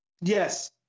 yes